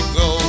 go